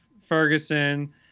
Ferguson